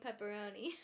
pepperoni